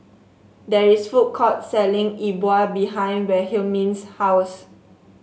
there is a food court selling E Bua behind Wilhelmine's house